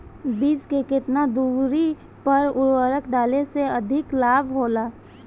बीज के केतना दूरी पर उर्वरक डाले से अधिक लाभ होला?